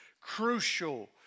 crucial